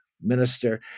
minister